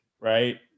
right